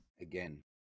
Again